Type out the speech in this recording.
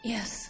Yes